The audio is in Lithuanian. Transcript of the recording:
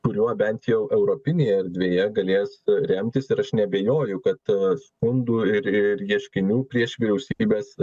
kuriuo bent jau europinėje erdvėje galės remtis ir aš neabejoju kad skundų ir ir ieškinių prieš vyriausybes